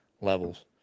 levels